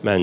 näin